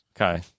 Okay